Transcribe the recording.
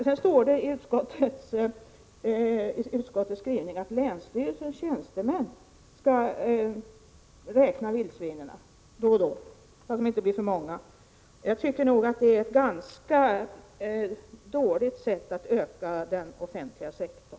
Det står i utskottets skrivning att länsstyrelsens tjänstemän då och då skall räkna vildsvinen för att se till att dessa inte blir för många. Det tycker jag är ett ganska dåligt sätt att öka den offentliga sektorn.